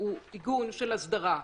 מתי יהיה צורך להסתייע בשירות הביטחון